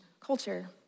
culture